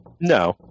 no